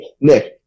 Nick